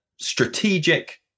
strategic